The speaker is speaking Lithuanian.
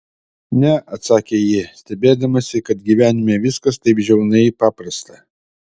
ne atsakė ji stebėdamasi kad gyvenime viskas taip žiaunai paprasta